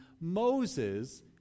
Moses